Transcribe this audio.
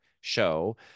show